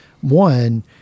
one